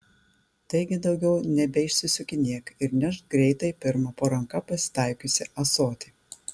taigi daugiau nebeišsisukinėk ir nešk greitai pirmą po ranka pasitaikiusį ąsotį